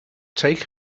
take